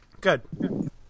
Good